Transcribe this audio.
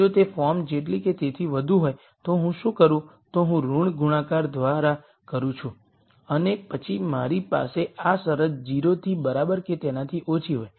જો તે ફોર્મ જેટલી કે તેથી વધુ હોય તો હું શું કરું તો હું ઋણ દ્વારા ગુણાકાર કરું છું અને પછી મારી પાસે આ શરત 0 થી બરાબર કે તેનાથી ઓછી હોય